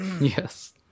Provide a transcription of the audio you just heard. Yes